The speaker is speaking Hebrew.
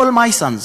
all my sons.